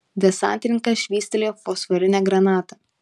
desantininkas švystelėjo fosforinę granatą